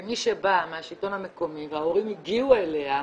כמי שבאה מהשלטון המקומי וההורים הגיעו אליה,